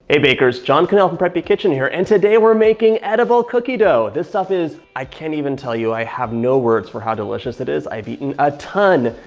hey bakers, john kanell from preppy kitchen here and today we're making edible cookie dough. this stuff is, i can't even tell you. i have no words for how delicious it is, i've eaten a ton,